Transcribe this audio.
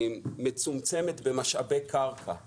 מצומצמת במשאבי קרקע;